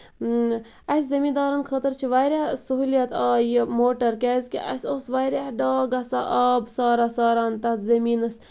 اۭں اَسہِ زٔمیٖن دارَن خٲطرٕ چھُ واریاہ سہوٗلیت آیہِ یِم موٹر کیازِ کہِ اَسہِ اوس واریاہ ڈاکھ گژھان آب ساران ساران تَتھ زٔمیٖنَس